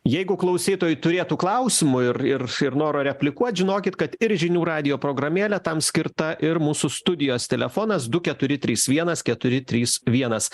jeigu klausytojai turėtų klausimų ir ir ir noro replikuot žinokit kad ir žinių radijo programėlė tam skirta ir mūsų studijos telefonas du keturi trys vienas keturi trys vienas